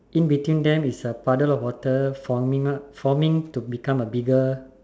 in between them is a puddle of water forming up forming to become a bigger